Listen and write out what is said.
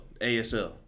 ASL